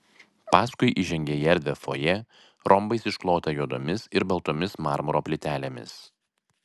paskui įžengė į erdvią fojė rombais išklotą juodomis ir baltomis marmuro plytelėmis